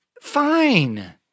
fine